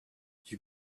you